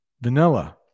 vanilla